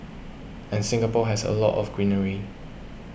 and Singapore has a lot of greenery